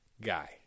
Guy